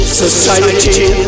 society